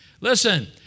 Listen